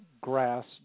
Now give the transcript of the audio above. grass